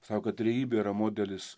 sako trejybė yra modelis